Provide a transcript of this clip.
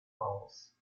walls